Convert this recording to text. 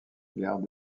gare